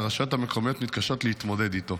שהרשויות המקומיות מתקשות להתמודד איתו.